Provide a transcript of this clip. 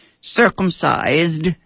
circumcised